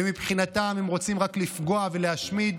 ומבחינתם רוצים רק לפגוע ולהשמיד.